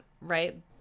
right